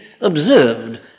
observed